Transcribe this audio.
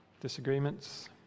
Disagreements